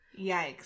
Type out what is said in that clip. Yikes